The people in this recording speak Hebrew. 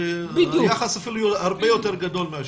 היחס אפילו הרבה יותר גדול.